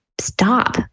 stop